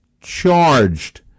charged